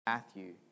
Matthew